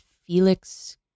Felix